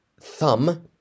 thumb